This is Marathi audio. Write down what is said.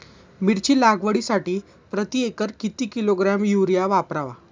मिरची लागवडीसाठी प्रति एकर किती किलोग्रॅम युरिया वापरावा?